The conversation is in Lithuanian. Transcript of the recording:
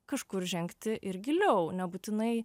kažkur žengti ir giliau nebūtinai